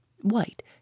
white